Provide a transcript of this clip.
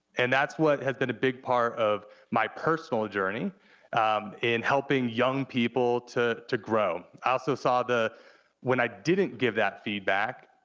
and that's what has been a big part of my personal journey in helping young people to to grow. i also saw that when i didn't give that feedback,